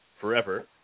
forever